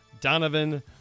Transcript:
Donovan